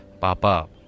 Papa